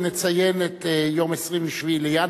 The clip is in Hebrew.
אנחנו בעוד כמה דקות נציין את יום 27 בינואר.